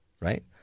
right